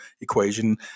equation